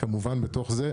כמובן בתוך זה.